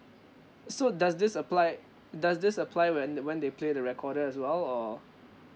so does this apply does this apply when they when they play the recorder as well or